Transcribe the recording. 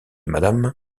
madame